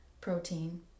protein